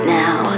now